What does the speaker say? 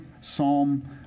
Psalm